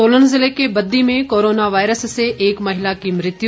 सोलन ज़िले के बद्दी में कोरोना वायरस से एक महिला की मृत्यु